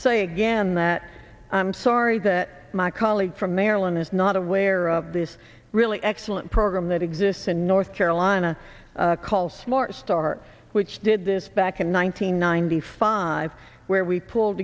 say again that i'm sorry that my colleague from maryland is not aware of this really excellent program that exists in north carolina call smart start which did this back in one nine hundred ninety five where we pulled